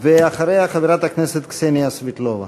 אחריה, חברת הכנסת קסניה סבטלובה.